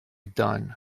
done